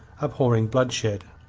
abhorring bloodshed.